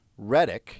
Redick